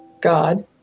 God